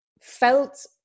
felt